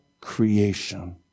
creation